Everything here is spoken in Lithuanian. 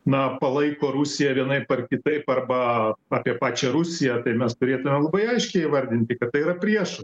na palaiko rusiją vienaip ar kitaip arba apie pačią rusiją tai mes turėtume labai aiškiai įvardinti kad tai yra priešai